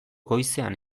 goizean